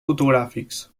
fotogràfics